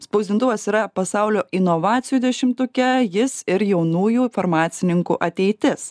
spausdintuvas yra pasaulio inovacijų dešimtuke jis ir jaunųjų farmacininkų ateitis